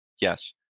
Yes